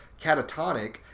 catatonic